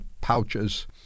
pouches